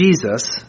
Jesus